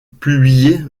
publiée